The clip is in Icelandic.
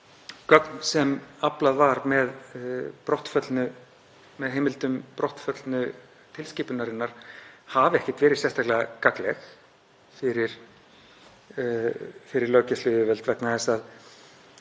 gögn sem aflað var með með heimildum brottföllnu tilskipunarinnar hafi ekkert verið sérstaklega gagnleg fyrir löggæsluyfirvöld vegna þess að